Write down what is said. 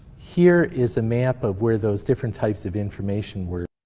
here is a map of where those different types of information were